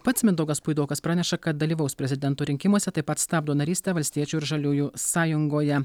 pats mindaugas puidokas praneša kad dalyvaus prezidento rinkimuose taip pat stabdo narystę valstiečių ir žaliųjų sąjungoje